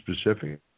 specific